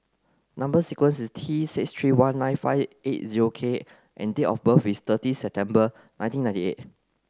number sequence is T six three one nine five eight zero K and date of birth is thirty September nineteen ninety eight